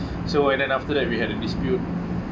so and then after that we had a dispute